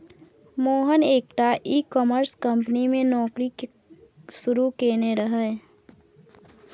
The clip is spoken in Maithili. मोहन एकटा ई कॉमर्स कंपनी मे नौकरी शुरू केने रहय